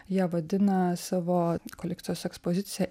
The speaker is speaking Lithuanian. jie vadina savo kolekcijos ekspozicija ir